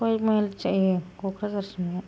खय माइल जायो क'क्राझारसिमलाय